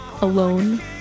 alone